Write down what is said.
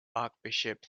archbishop